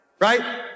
right